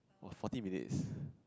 !wah! forty minutes